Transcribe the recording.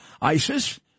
ISIS